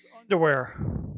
Underwear